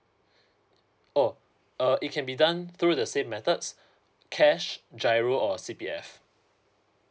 oh uh it can be done through the same methods cash G_I_R_O or C_P_F